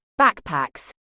backpacks